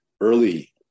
early